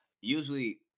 Usually